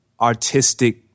artistic